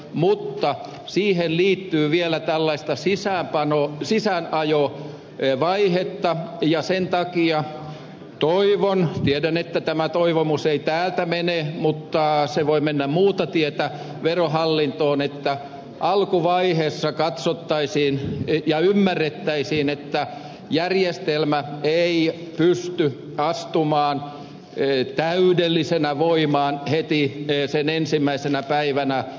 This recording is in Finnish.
mutta siihen liittyy vielä tällaista sisäänajovaihetta ja sen takia toivon tiedän että tämä toivomus ei täältä mene mutta se voi mennä muuta tietä verohallintoon että alkuvaiheessa katsottaisiin ja ymmärrettäisiin että järjestelmä ei pysty astumaan täydellisenä voimaan heti ensimmäisenä päivänä